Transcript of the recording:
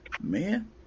Man